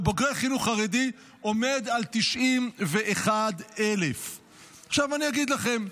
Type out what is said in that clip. בוגרי חינוך חרדי, עומד על 91,000. אני אגיד לכם.